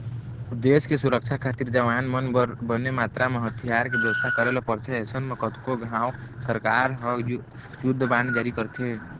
देस के सुरक्छा खातिर जवान मन बर बने मातरा म हथियार के बेवस्था करे ल परथे अइसन म कतको घांव सरकार ह युद्ध बांड जारी करथे